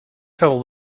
tell